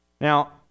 now